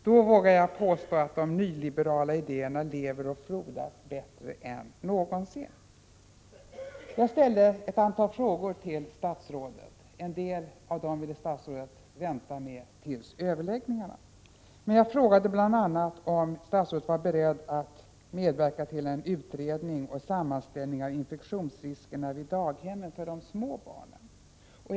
Då vågar jag påstå att de nyliberala idéerna lever och frodas mer än någonsin! Jag ställde ett antal frågor till statsrådet. En del av dem ville statsrådet vänta med för att i stället diskutera dem i samband med de familjepolitiska överläggningarna. Men jag frågade bl.a. om statsrådet var beredd att medverka till en utredning och en sammanställning av infektionsriskerna för de små barnen vid daghemmen.